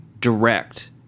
direct